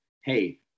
hey